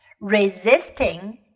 Resisting